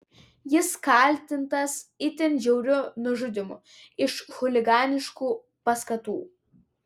jis kaltintas itin žiauriu nužudymu iš chuliganiškų paskatų